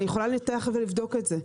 אבל אני יכולה לבדוק את זה.